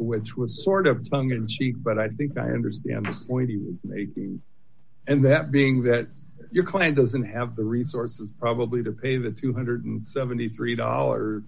which was sort of tongue in cheek but i think i understand this point and that being that your client doesn't have the resources probably to pay the two hundred and seventy three dollar